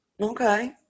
Okay